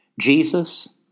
Jesus